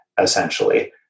essentially